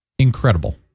Incredible